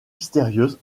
mystérieuse